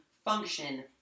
function